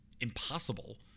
impossible